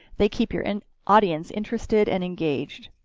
they keep your and audience interested and engaged!